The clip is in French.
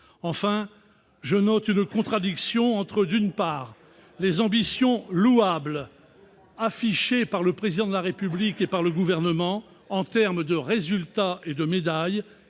Enfin, je note une contradiction entre, d'une part, les ambitions louables affichées par le Président de la République et par le Gouvernement en termes de résultats et de médailles,